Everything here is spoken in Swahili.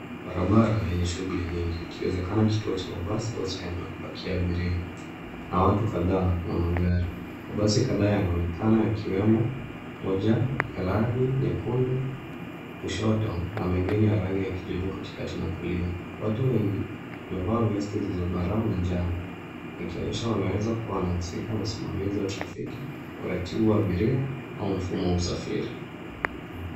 Barabara yenye shughuli nyingi; ikiwezekana kituo cha mabasi au sehemu ya kupakia abiria na watu kadhaa na magari. Mabasi kadhaa yanaonekana yakiwemo moja ya rangi nyekundu kushoto na mengine ya rangi ya kijivu katikati na kulia. Watu wengi wamevaa vest za zambarau na njano, wakionyesha wanaweza kuwa wanahusika na usimamizi wa trafiki, uratibu wa abiria au mfumo wa usafiri.